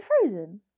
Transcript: frozen